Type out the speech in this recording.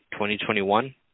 2021